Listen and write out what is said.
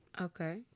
okay